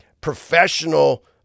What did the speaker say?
professional